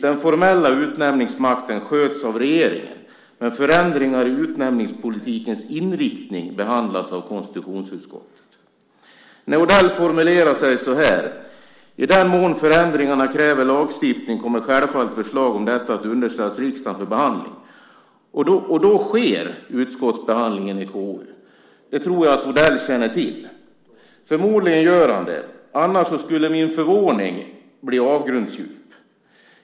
Den formella utnämningsmakten sköts av regeringen, men förändringar i utnämningspolitikens inriktning behandlas av konstitutionsutskottet. Odell formulerar sig så här: I den mån förändringarna kräver lagstiftning kommer självfallet förslag om detta att underställas riksdagen för behandling. Då sker utskottsbehandlingen i konstitutionsutskottet. Det tror jag att Odell känner till. Förmodligen gör han det, annars skulle min förvåning bli avgrundsdjup.